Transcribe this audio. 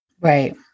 Right